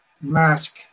mask